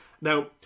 Now